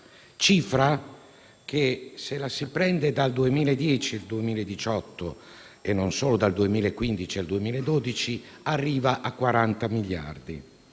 cifra che, se la si prende dal 2010 al 2018 (e non solo dal 2015 al 2018) arriva a 40 miliardi.